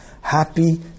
Happy